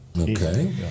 Okay